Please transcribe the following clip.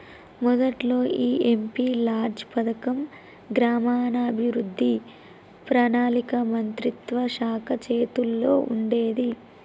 మొదట్లో ఈ MP LADS పథకం గ్రామీణాభివృద్ధి పణాళిక మంత్రిత్వ శాఖ చేతుల్లో ఉండేది